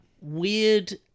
weird